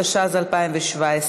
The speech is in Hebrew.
התשע"ז 2017,